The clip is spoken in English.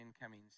incoming